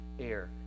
air